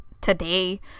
today